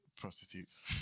prostitutes